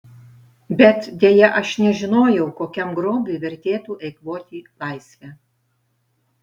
bet deja aš nežinojau kokiam grobiui vertėtų eikvoti laisvę